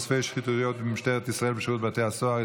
על חושפי שחיתויות במשטרת ישראל ובשירות בתי הסוהר),